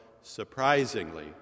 surprisingly